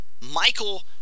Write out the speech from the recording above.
Michael